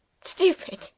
stupid